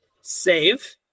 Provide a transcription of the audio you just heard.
Save